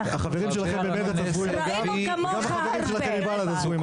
ראינו כמוך הרבה.